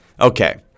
Okay